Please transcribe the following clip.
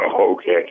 Okay